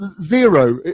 zero